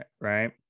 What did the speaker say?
right